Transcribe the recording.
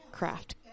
Craft